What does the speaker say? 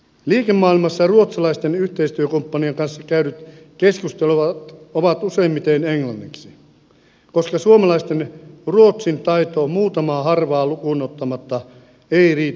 liikemaailmassa ruotsalaisten yhteistyökumppanien kanssa käydyt keskustelut ovat useimmiten englanniksi koska suomalaisten ruotsin taito muutamaa harvaa lukuun ottamatta ei riitä neuvotteluihin